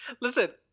Listen